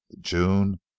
June